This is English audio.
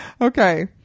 okay